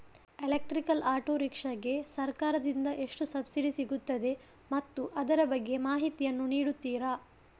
Electrical auto rickshaw ಗೆ ಸರ್ಕಾರ ದಿಂದ ಎಷ್ಟು ಸಬ್ಸಿಡಿ ಸಿಗುತ್ತದೆ ಮತ್ತು ಅದರ ಬಗ್ಗೆ ಮಾಹಿತಿ ಯನ್ನು ನೀಡುತೀರಾ?